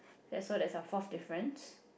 that so that's a fourth difference